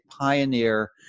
pioneer